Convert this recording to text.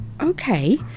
Okay